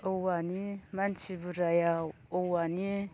औवानि मानसि बुरजायाव औवानि